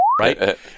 right